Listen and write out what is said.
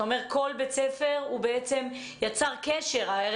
אומר שכל בית ספר יצר קשר עם החברות.